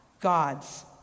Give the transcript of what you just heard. God's